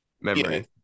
memory